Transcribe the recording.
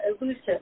elusive